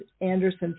Anderson